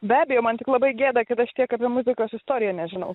be abejo man tik labai gėda kad aš tiek apie muzikos istoriją nežinau